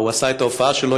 הוא עשה את ההופעה שלו,